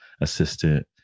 assistant